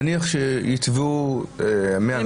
נניח שיתבעו 100 אנשים.